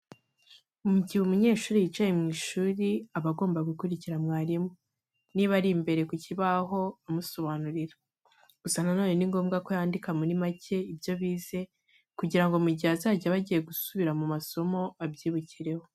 Mu gihe umunyeshuri yicaye mu ishuri aba agomba gukurikira mwarimu niba aba ari mbere ku kibaho amusobanurira. Gusa na none ni ngombwa ko yandika muri make ibyo bize kugira ngo mu gihe azajya aba agiye gusubira mu masomo abyibukireho.